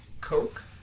Coke